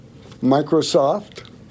Microsoft